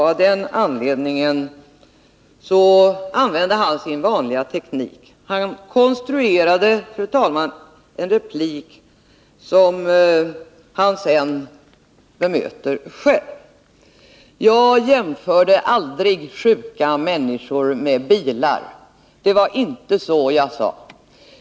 Av den anledningen använde han sin vanliga teknik. Han konstruerade en replik, fru talman, som han sedan bemötte själv. Jag jämförde aldrig sjuka människor med bilar. Det var inte så jag sade.